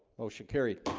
motion carried